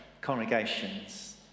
congregations